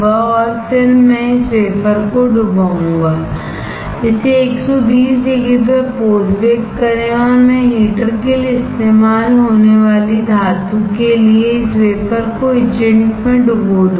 और फिर मैं इस वेफरको डुबाऊंगा इसे 120 डिग्री पर पोस्ट बेक करें और मैं हीटर के लिए इस्तेमाल होने वाली धातु के लिए इस वेफरको etchant में डुबो दूंगा